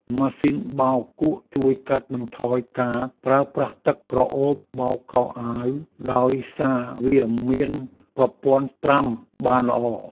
ម៉ាស៊ីនបោកគក់ជួយកាត់បន្ថយការប្រើប្រាស់ទឹកក្រអូបបោកខោអាវដោយសារវាមានប្រព័ន្ធត្រាំបានល្អ។